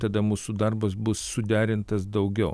tada mūsų darbas bus suderintas daugiau